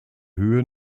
höhe